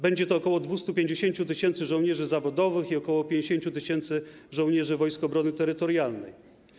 Będzie to ok. 250 tys. żołnierzy zawodowych i ok. 50 tys. żołnierzy Wojsk Obrony Terytorialnej.